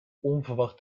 onverwacht